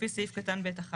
לפי סעיף קטן ב' (1),